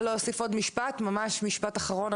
משפט אחרון,